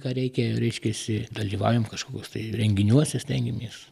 ką reikia reiškiasi dalyvaujam kažkokiuos tai renginiuose stengiamės